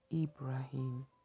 Ibrahim